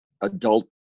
adult